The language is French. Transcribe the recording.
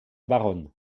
baronne